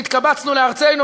ונתקבצנו לארצנו,